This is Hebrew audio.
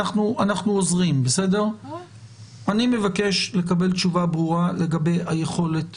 אני מבקש לקבל תשובה ברורה לגבי היכולת